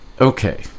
okay